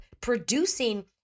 producing